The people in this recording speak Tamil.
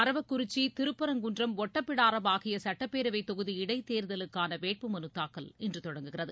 அரவக்குறிச்சி திருப்பரங்குன்றம் ஒட்டப்பிடாரம் ஆகிய சட்டப்பேரவை தொகுதி இடைத்தேர்தலுக்கான வேட்புமனுதாக்கல் இன்று தொடங்குகிறது